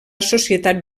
societat